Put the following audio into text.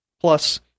Plus